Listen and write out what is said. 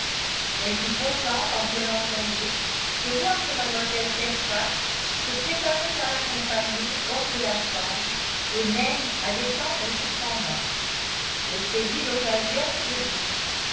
elle fut contente en prenant congé de voir que mlle fairfax se préparait à l'accompagner hors de la chambre et même à descendre jusqu'en bas elle saisit l'occasion pour dire